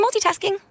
multitasking